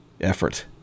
effort